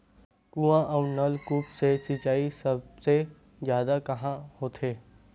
कुआं अउ नलकूप से सिंचाई सबले जादा कहां होथे?